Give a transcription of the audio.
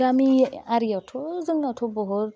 गामियारियावथ' जोंनावथ' बहुत